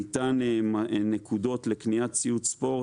ניתנו נקודות לקניית ציוד ספורט,